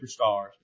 superstars